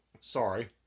Sorry